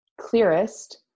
clearest